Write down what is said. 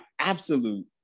absolute